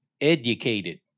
educated